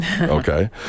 okay